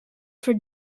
for